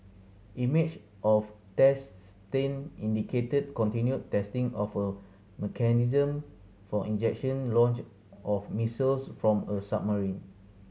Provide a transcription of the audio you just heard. images of test stand indicated continued testing of a mechanism for ejection launch of missiles from a submarine